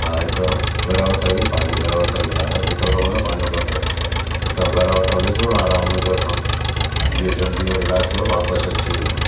हा हितां घरु वटां ई पंहिंजे घरु वटा यारु ॾिठो अथव न पंहिंजो घर त हितां घरु वठो निकिरिणो आहे रामनगर खां जीअं जल्दी वरी राति यो वापसि अची वञूं